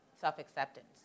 self-acceptance